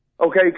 okay